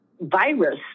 virus